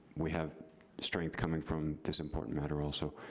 we have strength coming from this important matter also.